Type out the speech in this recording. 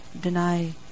deny